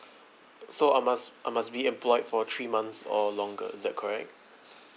so I must I must be employed for three months or longer is that correct